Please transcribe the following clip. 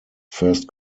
first